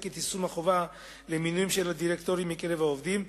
את יישום החובה למינוים של הדירקטורים מקרב העובדים,